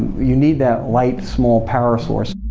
you need that light, small power source.